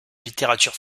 littérature